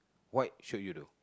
what should you do